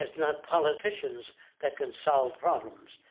not politicians that can solve problems.